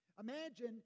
Imagine